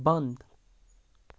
بنٛد